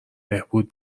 بهبود